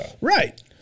Right